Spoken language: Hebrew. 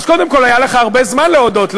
אז קודם כול היה לך הרבה זמן להודות,